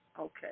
okay